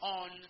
on